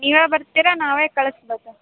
ನೀವೇ ಬರ್ತೀರಾ ನಾವೇ ಕಳಿಸಬೇಕಾ